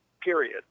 period